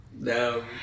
No